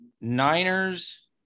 Niners